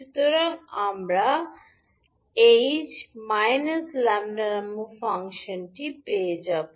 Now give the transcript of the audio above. সুতরাং আমরা we −𝜆 নামক ফাংশনটি পেয়ে যাব